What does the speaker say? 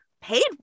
paid